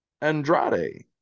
Andrade